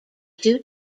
their